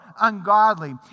ungodly